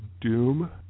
Doom